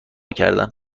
کردن